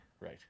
Right